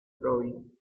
robin